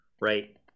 right